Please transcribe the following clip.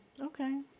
Okay